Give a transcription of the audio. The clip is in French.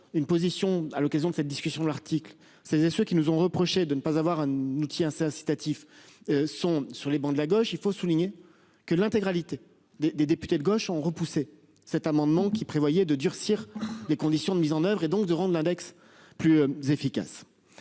une position à l'occasion de cette discussion de l'article et ce qui nous ont reproché de ne pas avoir un outil assez incitatif. Sont sur les bancs de la gauche. Il faut souligner que l'intégralité des des députés de gauche ont repoussé cet amendement qui prévoyait de durcir les conditions de mise en oeuvre et donc de rendre l'index plus efficace.